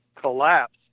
collapse